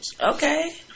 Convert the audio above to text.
Okay